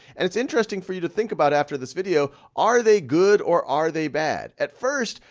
and it's interesting for you to think about after this video, are they good or are they bad? at first,